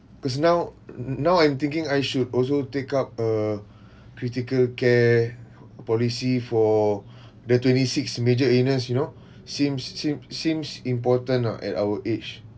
cause now now I'm thinking I should also take up a critical care policy for the twenty six major illness you know seems seem seems important lah at our age